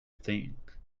think